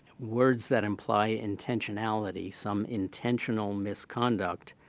words that imply intentionalities, some intentional misconduct